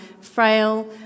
frail